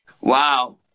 Wow